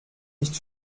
nicht